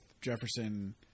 Jefferson –